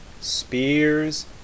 spears